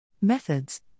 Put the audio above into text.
Methods